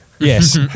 Yes